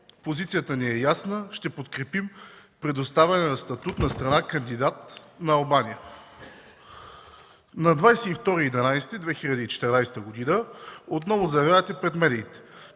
позицията ни е ясна – ще подкрепим предоставяне на статут на страна кандидат на Албания. На 22 ноември 2014 г. отново заявявате пред медиите: